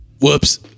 Whoops